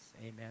Amen